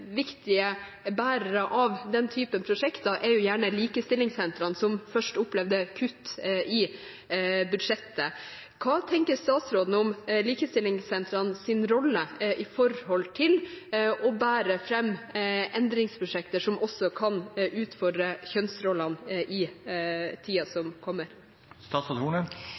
viktige bærere av den typen prosjekter er gjerne likestillingssentrene, som først opplevde kutt i budsjettet. Hva tenker statsråden om likestillingssentrenes rolle når det kommer til å bære fram endringsprosjekter som også kan utfordre kjønnsrollene i tiden som kommer?